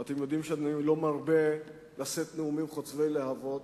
ואתם יודעים שאני לא מרבה לשאת נאומים חוצבי להבות,